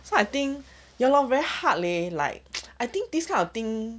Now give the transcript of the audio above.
so I think ya lor very hard leh like I think this kind of thing